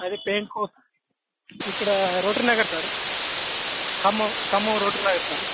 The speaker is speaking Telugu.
అదే పెయింట్ ఇక్కడ రోటరీనగర్ సార్ ఖమం ఖమం రోటరీనగర్ సార్